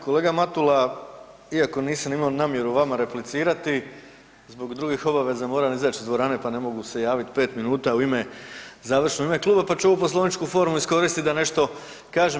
Kolega Matula iako nisam imao namjeru vama replicirati zbog drugih obaveza moram izaći iz dvorane pa ne mogu se javiti 5 minuta u ime, završno u ime kluba pa ću ovdu poslovničku formu iskoristiti da nešto kažem.